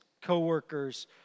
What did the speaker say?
co-workers